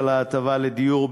על ההטבה לדיור,